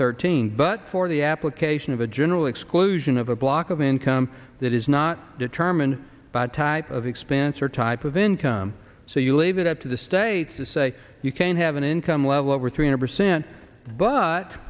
thirteen but for the application of a general exclusion of a block of income that is not determined by type of expense or type of income so you leave it up to the state to say you can have an income level over three hundred percent but